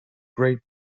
great